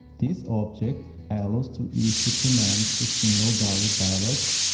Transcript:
this object allows to issue commands to single dali ballasts,